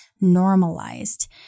normalized